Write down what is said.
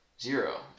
zero